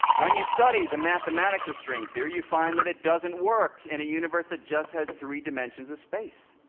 when you study the mathematics of string theory, you find that it doesn't work in a universe that just has three dimensions of space.